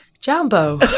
Jambo